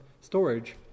storage